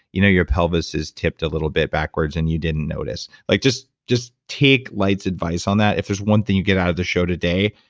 you know your pelvis is tipped a little bit backwards and you didn't notice like just just take light's advice on that. if there's one thing you get out of the show today,